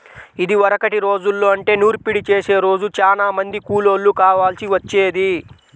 ఇదివరకటి రోజుల్లో అంటే నూర్పిడి చేసే రోజు చానా మంది కూలోళ్ళు కావాల్సి వచ్చేది